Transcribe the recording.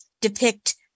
depict